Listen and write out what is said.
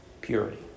purity